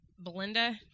Belinda